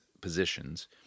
positions